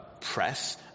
press